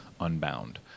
unbound